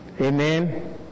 Amen